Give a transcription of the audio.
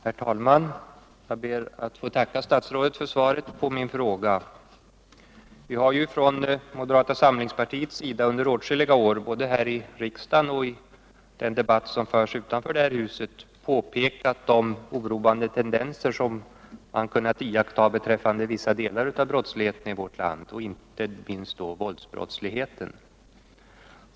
Herr talman! Jag ber att få tacka statsrådet för svaret på min fråga. Vi har från moderata samlingspartiets sida under åtskilliga år, både i riksdagen och i den debatt som förs utanför detta hus, pekat på de oroande tendenser som man kunnat iaktta beträffande vissa delar av brottsligheten i vårt land, och då inte minst våldsbrottsligheten.